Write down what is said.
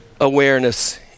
awareness